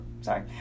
sorry